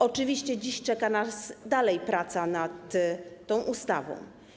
Oczywiście dziś czeka nas dalej praca nad tą ustawą.